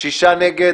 6 נגד.